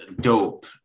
dope